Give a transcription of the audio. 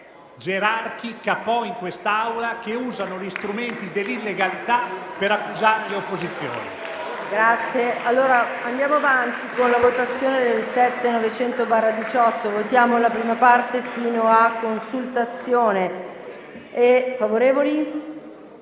gerarchi e *kapò* in quest'Aula che usano gli strumenti dell'illegalità per accusare le opposizioni.